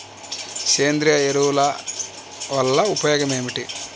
సేంద్రీయ ఎరువుల వల్ల ఉపయోగమేమిటీ?